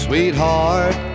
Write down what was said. Sweetheart